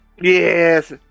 Yes